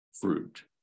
fruit